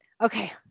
Okay